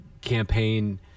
campaign